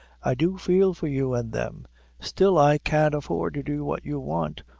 i do feel for you an' them still i can't afford to do what you want,